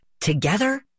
Together